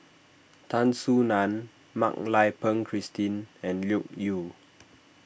Tan Soo Nan Mak Lai Peng Christine and Loke Yew